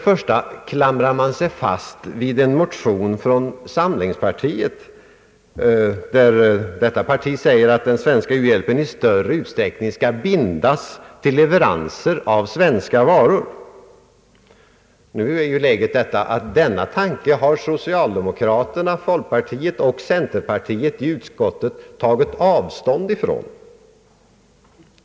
Man klamrar sig fast vid en motion från moderata samlingspartiet som går ut på att den svenska u-hjälpen i större utsträckning skall bindas till leveranser av svenska varor. Denna tanke har socialdemokraterna, folkpartiet och centerpartiet i utskottet tagit avstånd ifrån.